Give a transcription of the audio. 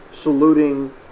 saluting